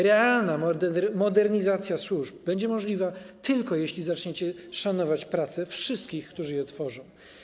Realna modernizacja służb będzie możliwa tylko, jeśli zaczniecie szanować pracę wszystkich, którzy ją tworzą.